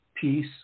peace